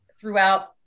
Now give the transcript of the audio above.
throughout